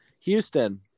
Houston